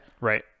Right